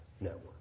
network